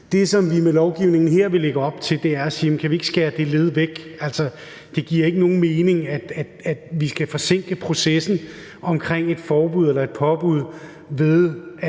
Det, som vi med lovgivningen her lægger op til, er at sige: Kan vi ikke skære det led væk? Det giver ikke nogen mening, at vi skal forsinke processen om et forbud eller et påbud, ved